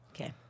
Okay